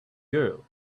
girl